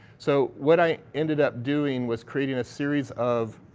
so what i ended up doing was creating a series of